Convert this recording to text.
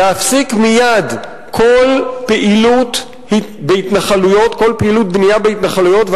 להפסיק מייד כל פעילות בנייה בהתנחלויות,